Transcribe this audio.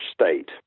state